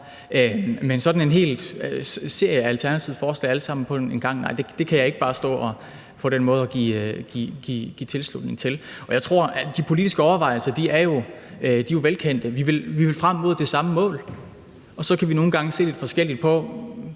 Men sådan en hel serie af underskrifter til Alternativets forslag på en gang kan jeg ikke bare stå og give på den måde. Jeg tror, at de politiske overvejelser jo er velkendte. Vi vil frem mod det samme mål, og så kan vi nogle gange se lidt forskelligt på